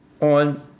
on